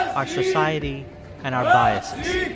our society and our biases.